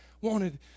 wanted